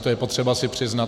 To je potřeba si přiznat.